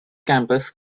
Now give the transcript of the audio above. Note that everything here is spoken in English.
campus